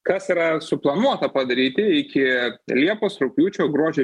kas yra suplanuota padaryti iki liepos rugpjūčio gruodžio